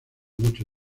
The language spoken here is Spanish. mucho